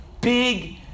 big